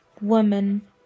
woman